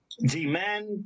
demand